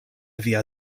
via